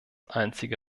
einzige